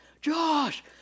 Josh